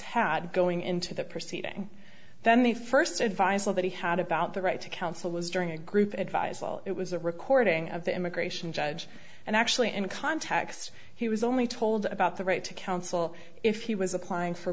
had going into that proceeding then the first advice nobody had about the right to counsel was during a group advise well it was a recording of the immigration judge and actually in the context he was only told about the right to counsel if he was applying for